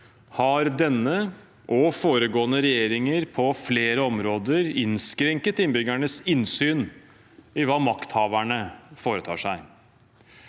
har denne og foregående regjeringer på flere områder innskrenket innbyggernes innsyn i hva makthaverne foretar seg.